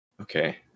okay